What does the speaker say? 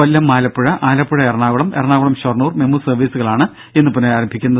കൊല്ലം Alappuzha Alappuzha Ernakulam Ernakulam Shoranur MEMU സർവീസുകളാണ് ഇന്ന് പുനരാരംഭിക്കുന്നത്